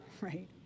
Right